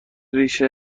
ریش